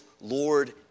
Lord